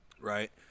Right